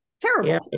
Terrible